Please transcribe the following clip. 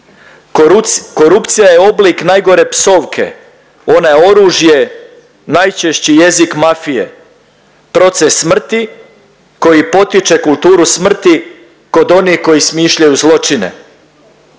Korupcija je oblik najgore psovke, ona je oružje, najčešći jezik mafije, proces smrti koji potiče kulturu smrti kod onih koji smišljaju zločine,